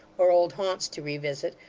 or old haunts to revisit,